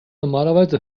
normalerweise